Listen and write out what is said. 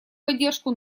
поддержку